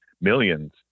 millions